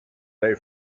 they